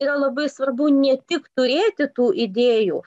yra labai svarbu ne tik turėti tų idėjų